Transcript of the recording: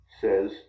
says